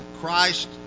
Christ